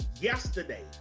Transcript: yesterday